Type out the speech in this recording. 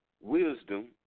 wisdom